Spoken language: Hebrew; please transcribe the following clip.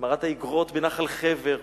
במערת האיגרות בנחל חבר.